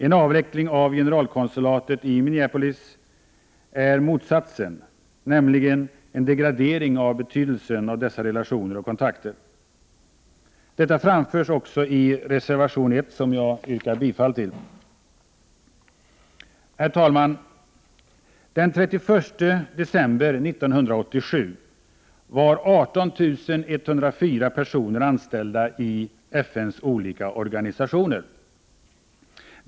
En avveckling av generalkonsulatet i Minneapolis är motsatsen — nämligen en degradering av betydelsen av dessa relationer och kontakter. Detta framförs också i reservation 1, till vilken jag yrkar bifall. Herr talman! Den 31 december 1987 var 18 104 personer anställda i FN:s olika organisationer.